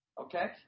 okay